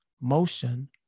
motion